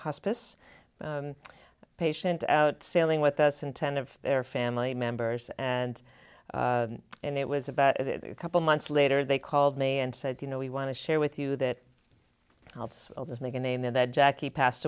hospice patient out sailing with us and ten of their family members and and it was about a couple months later they called me and said you know we want to share with you that it's just make a name that jackie passed